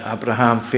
Abraham